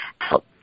help